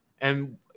And-